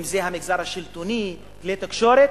אם המגזר השלטוני, אם כלי התקשורת,